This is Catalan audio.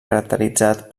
caracteritzat